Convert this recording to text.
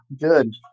Good